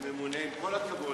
עם כל הכבוד,